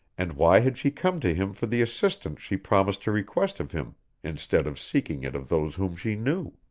and why had she come to him for the assistance she promised to request of him instead of seeking it of those whom she knew?